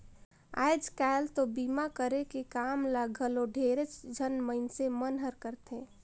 आयज कायल तो बीमा करे के काम ल घलो ढेरेच झन मइनसे मन हर करथे